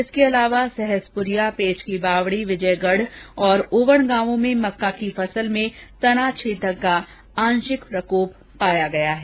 इसके अलावा सहसपुरिया पेच की बावडी विजयगढ और ओवण गांवों में मक्का की फसल में तना छेदक का आंशिक प्रकोप पाया गया है